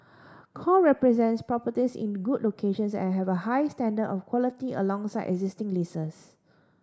core represents properties in good locations and have a high standard of quality alongside existing leases